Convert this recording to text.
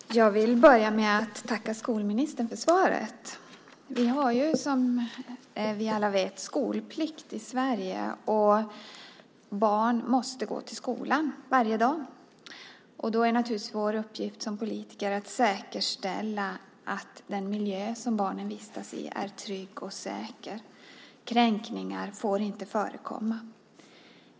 Fru talman! Jag vill börja med att tacka skolministern för svaret. Som vi alla vet har vi skolplikt i Sverige. Barn måste gå till skolan varje dag. Då är det naturligtvis en uppgift för oss politiker att säkerställa att den miljö som barnen vistas i är trygg och säker. Kränkningar får inte förekomma.